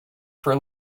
for